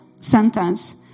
sentence